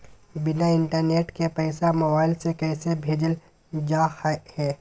बिना इंटरनेट के पैसा मोबाइल से कैसे भेजल जा है?